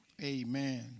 Amen